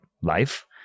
life